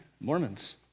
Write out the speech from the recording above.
Mormons